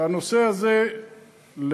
והנושא הזה,